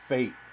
Fate